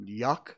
Yuck